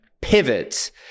pivot